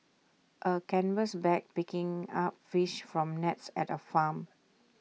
A canvas bag picking up fish from nets at A farm